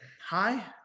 Hi